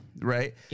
right